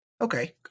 Okay